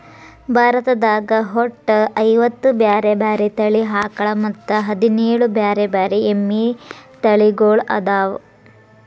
ಭಾರತದಾಗ ಒಟ್ಟ ಐವತ್ತ ಬ್ಯಾರೆ ಬ್ಯಾರೆ ತಳಿ ಆಕಳ ಮತ್ತ್ ಹದಿನೇಳ್ ಬ್ಯಾರೆ ಬ್ಯಾರೆ ಎಮ್ಮಿ ತಳಿಗೊಳ್ಅದಾವ